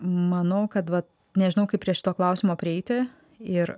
manau kad nežinau kaip prie šito klausimo prieiti ir